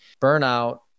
burnout